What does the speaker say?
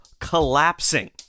collapsing